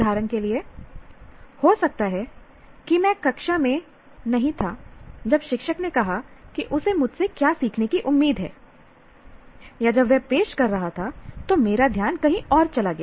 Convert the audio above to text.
उदाहरण के लिए हो सकता है कि मैं कक्षा में नहीं था जब शिक्षक ने कहा कि उसे मुझसे क्या सीखने की उम्मीद है या जब वह पेश कर रहा था तो मेरा ध्यान कहीं और चला गया